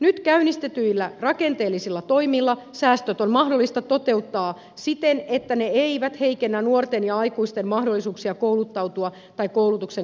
nyt käynnistetyillä rakenteellisilla toimilla säästöt on mahdollista toteuttaa siten että ne eivät heikennä nuorten ja aikuisten mahdollisuuksia kouluttautua tai koulutuksen korkeaa laatua